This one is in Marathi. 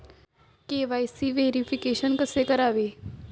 के.वाय.सी व्हेरिफिकेशन कसे करावे?